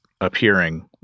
appearing